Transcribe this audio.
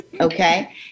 Okay